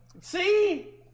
See